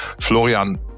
Florian